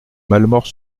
malemort